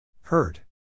Hurt